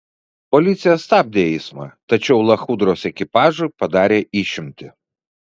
policija stabdė eismą tačiau lachudros ekipažui padarė išimtį